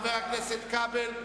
חבר הכנסת כבל,